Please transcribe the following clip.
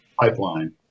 Pipeline